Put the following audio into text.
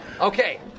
Okay